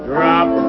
Drop